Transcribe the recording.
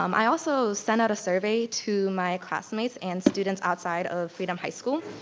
um i also sent out a survey to my classmates and students outside of freedom high school.